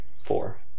four